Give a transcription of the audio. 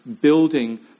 building